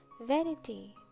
Vanity